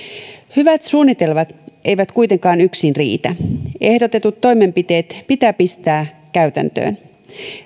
hyvät suunnitelmat eivät kuitenkaan yksin riitä ehdotetut toimenpiteet pitää pistää käytäntöön